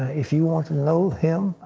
if you want to know him,